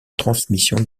transmission